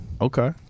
Okay